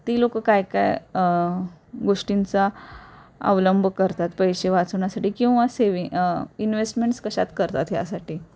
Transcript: ती लोकं काय काय गोष्टींचा अवलंब करतात पैसे वाचवण्यासाठी किंवा सेवि इन्वेस्टमेंट्स कशात करतात ह्यासाठी